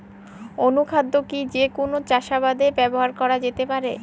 অনুখাদ্য কি যে কোন চাষাবাদে ব্যবহার করা যেতে পারে?